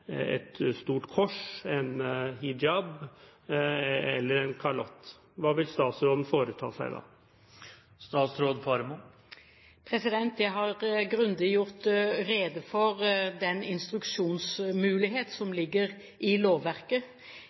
et stort kors, en hijab eller en kalott. Hva vil statsråden foreta seg da? Jeg har grundig gjort rede for den instruksjonsmulighet som ligger i lovverket.